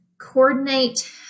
coordinate